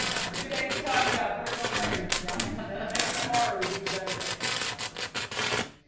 good day to be talking about personal trainers, right? maybe tomorrow would be the better day to talk about personal trainers.